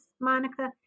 Monica